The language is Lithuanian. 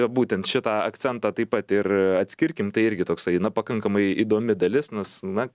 būtent šitą akcentą taip pat ir atskirkim tai irgi toksai na pakankamai įdomi dalis nes na